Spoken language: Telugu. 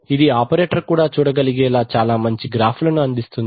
ఇది ఆపరేటర్ కూడా చూడగలిగేలా చాలా మంచి గ్రాఫులను అందిస్తుంది